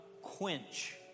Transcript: quench